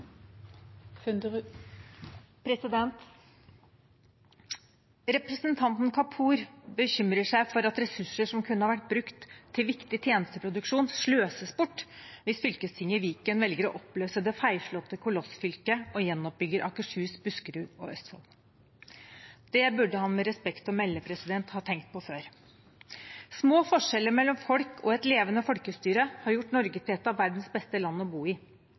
at ressurser som kunne ha vært brukt til viktig tjenesteproduksjon, sløses bort hvis fylkestinget i Viken velger å oppløse det feilslåtte kolossfylket og gjenoppbygger Akershus, Buskerud og Østfold. Det burde han med respekt å melde ha tenkt på før. Små forskjeller mellom folk og et levende folkestyre har gjort Norge til et av verdens beste land å bo i.